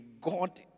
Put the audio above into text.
God